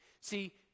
See